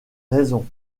raisons